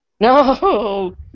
No